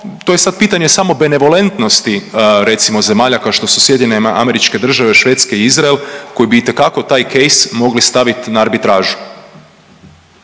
to je sad pitanje samo benevolentnosti recimo, zemalja kao što su SAD, Švedske i Izrael koje bi itekako taj case mogle staviti na arbitražu